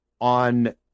on